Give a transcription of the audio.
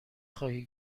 خواهی